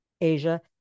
Asia